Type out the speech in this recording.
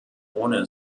ohne